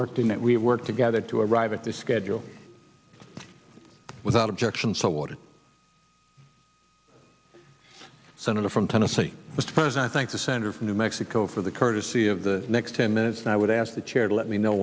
worked in that we work together to arrive at this schedule without objection so ordered senator from tennessee but first i thank the senator from new mexico for the courtesy of the next ten minutes and i would add the chair let me know